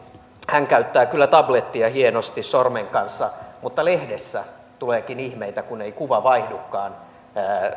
käyttää kyllä tablettia hienosti sormen kanssa mutta lehdessä tuleekin ihmeitä kun ei kuva vaihdukaan